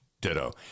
Ditto